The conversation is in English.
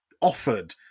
offered